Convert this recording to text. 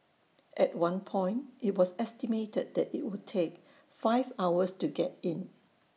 at one point IT was estimated that IT would take five hours to get in